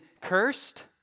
cursed